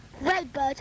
Redbird